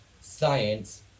science